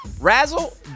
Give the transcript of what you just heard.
razzle